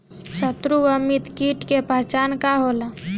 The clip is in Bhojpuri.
सत्रु व मित्र कीट के पहचान का होला?